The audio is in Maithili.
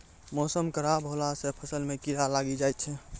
मौसम खराब हौला से फ़सल मे कीड़ा लागी जाय छै?